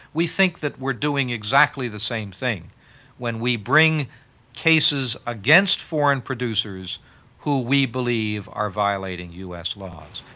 we think that we're doing exactly the same thing when we bring cases against foreign producers who we believe are violating u s. laws.